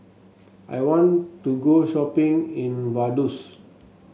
I want to go shopping in Vaduz